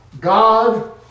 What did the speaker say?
God